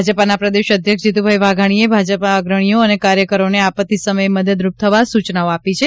ભાજપાના પ્રદેશ અધ્યક્ષ જીતુભાઈ વાઘાણીએ ભાજપના અગ્રણીઓ અને કાર્યકરોને આપત્તિ સમયે મદદરૂપ થવા સૂચનાઓ આપી છે